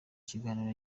kiganiro